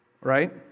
right